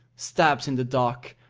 stabs in the dark,